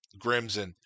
Grimson